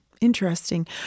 Interesting